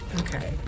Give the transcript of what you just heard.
Okay